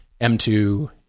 M2